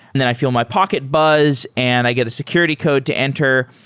then i feel my pocket buzz and i get a security code to enter,